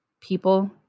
people